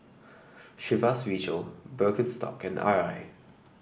Chivas Regal Birkenstock and Arai